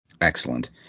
excellent